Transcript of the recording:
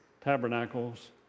Tabernacles